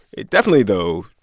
it definitely, though,